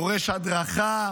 דורש הדרכה,